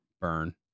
burn